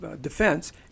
defense